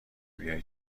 بیای